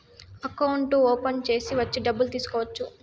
అకౌంట్లు ఓపెన్ చేసి వచ్చి డబ్బులు తీసుకోవచ్చు